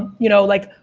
you know, like,